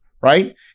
right